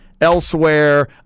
elsewhere